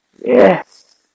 Yes